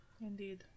Indeed